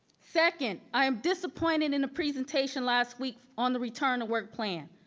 second, i am disappointed in a presentation last week on the return to work plan.